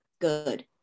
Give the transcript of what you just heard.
good